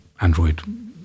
Android